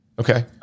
Okay